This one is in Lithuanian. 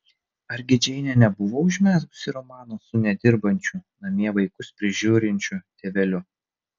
argi džeinė nebuvo užmezgusi romano su nedirbančiu namie vaikus prižiūrinčiu tėveliu